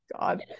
God